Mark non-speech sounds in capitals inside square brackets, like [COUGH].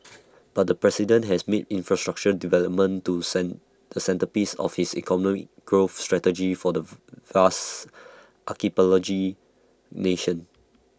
[NOISE] but the president has made infrastructure development to [UNINTELLIGIBLE] the centrepiece of his economic growth strategy for the [NOISE] vast archipelago nation